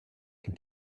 can